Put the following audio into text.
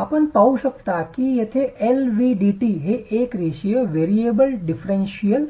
आपण पाहू शकता की येथे एलव्हीडीटी हे एक रेषीय व्हेरिएबल डिफेंशनल